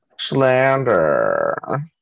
Slander